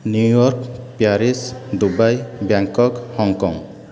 New York Paris Dubai Bangkok Hong Kong